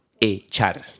echar